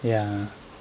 ya